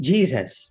Jesus